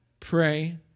Pray